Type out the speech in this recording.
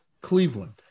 Cleveland